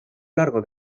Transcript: largo